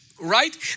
right